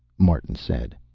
martin said.